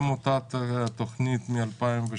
גם התוכנית מ-2018,